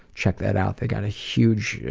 check that out. they got a huge,